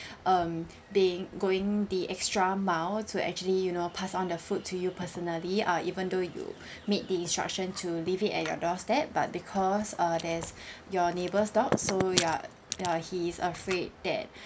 um being going the extra mile to actually you know pass on the food to you personally uh even though you made the instruction to leave it at your doorstep but because uh there's your neighbour's dog so ya ya he is afraid that